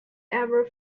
ever